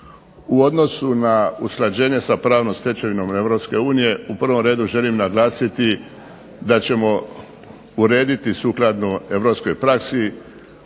U odnosu na usklađenjem sa pravnom stečevinom EU u prvom redu želim naglasiti da ćemo urediti sukladno europskoj praksi